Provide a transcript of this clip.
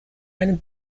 einem